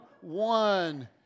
one